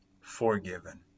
forgiven